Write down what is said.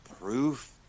proof